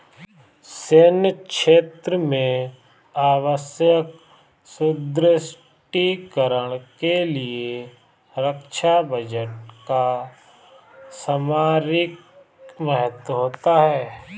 सैन्य क्षेत्र में आवश्यक सुदृढ़ीकरण के लिए रक्षा बजट का सामरिक महत्व होता है